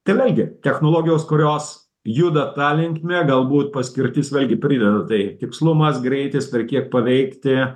tai vėlgi technologijos kurios juda ta linkme galbūt paskirtis vėlgi prideda tai tikslumas greitis per kiek paveikti